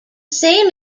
same